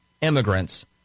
immigrants